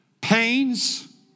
pains